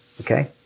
okay